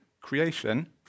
creation